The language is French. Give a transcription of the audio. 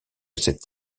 cette